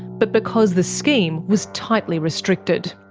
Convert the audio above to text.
but because the scheme was tightly restricted.